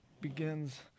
begins